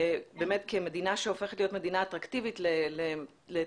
ובאמת כמדינה שהופכת להיות מדינה אטרקטיבית לאנשים